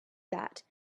that